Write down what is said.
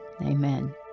Amen